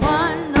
one